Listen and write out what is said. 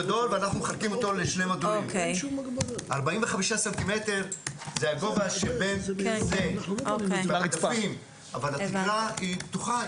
45 סנטימטרים זה הגובה שבין זה לזה אבל התקרה היא פתוחה.